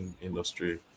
industry